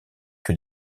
que